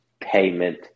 payment